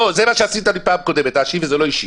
זה מה שעשיתי לי בפעם הקודמת וזה לא אישי.